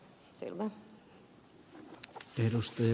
no selvä